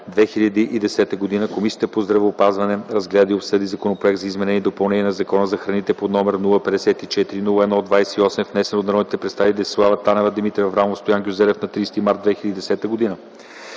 2010 г., Комисията по здравеопазването разгледа и обсъди Законопроект за изменение и допълнение на Закона за храните, № 054-01-28, внесен от народните представители Десислава Танева, Димитър Аврамов и Стоян Гюзелев на 30 март 2010 г.